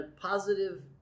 positive